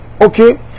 Okay